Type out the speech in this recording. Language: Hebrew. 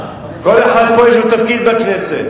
כל אחד פה יש לו תפקיד בכנסת.